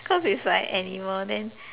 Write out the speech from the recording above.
cause is like animal then